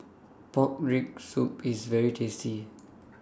Pork Rib Soup IS very tasty